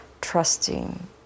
trusting